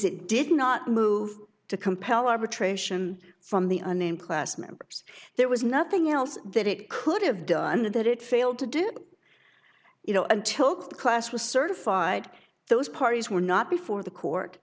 it did not move to compel arbitration from the unnamed class members there was nothing else that it could have done that it failed to do you know until class was certified those parties were not before the court